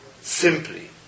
simply